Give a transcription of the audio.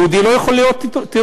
יהודי לא יכול להיות טרוריסט.